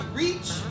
reach